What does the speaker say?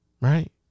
Right